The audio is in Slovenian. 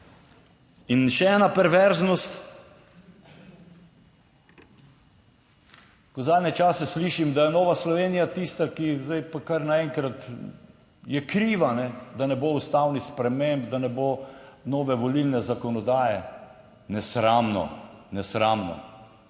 In še ena perverznost, ko zadnje čase slišim, da je Nova Slovenija tista, ki zdaj pa kar naenkrat je kriva, kajne, da ne bo ustavnih sprememb, da ne bo nove volilne zakonodaje, nesramno, nesramno.